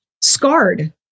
scarred